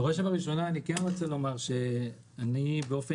בראש ובראשונה אני רוצה לומר שאני באופן